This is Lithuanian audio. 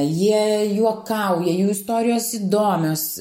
jie juokauja jų istorijos įdomios